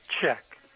check